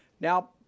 Now